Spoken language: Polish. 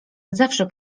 zawsze